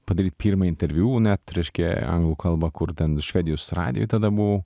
padaryt pirmą interviu net reiškia anglų kalba kur ten švedijos radijuj tada buvau